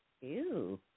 Ew